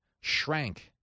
shrank